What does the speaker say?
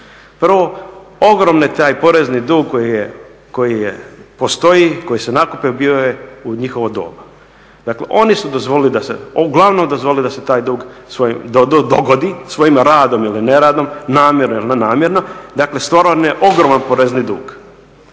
Prvo ogromni taj porezni dug koji je postoji, koji se nakupio bio je u njihovo doba. Dakle, oni su dozvolili da se, uglavnom dozvolili da se taj dug dogodi svojim radom ili neradom, namjerno ili nenamjerno. Dakle, stvaran je ogroman porezni dug.